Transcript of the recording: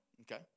Okay